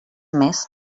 més